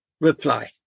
reply